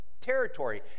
territory